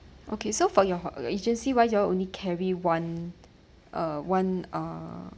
okay so for your ho~ agency wise you only carry one uh one uh